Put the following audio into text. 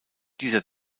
dieser